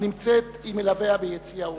הנמצאת עם מלוויה ביציע האורחים.